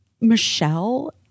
Michelle